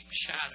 shadow